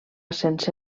sense